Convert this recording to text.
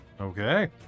Okay